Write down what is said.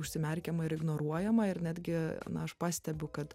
užsimerkiama ir ignoruojama ir netgi na aš pastebiu kad